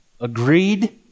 agreed